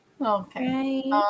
Okay